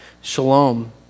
Shalom